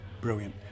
Brilliant